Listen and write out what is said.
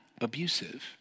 abusive